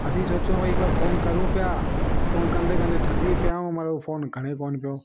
असां सोचियो भई हिक बार फोन करूं पिया फोन कंदे कंदे थकिजी पिया आहियूं मगर हूं फोन खणे कोन पियो